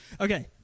Okay